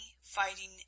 fighting